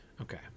okay